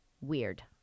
Weird